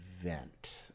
event